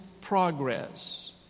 progress